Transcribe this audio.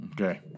okay